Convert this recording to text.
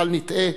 בל נטעה: